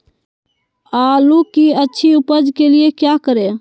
आलू की अच्छी उपज के लिए क्या करें?